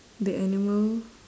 the animal